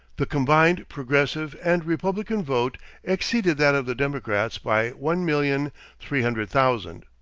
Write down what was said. the combined progressive and republican vote exceeded that of the democrats by one million three hundred thousand.